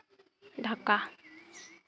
Dhaka